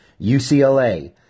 UCLA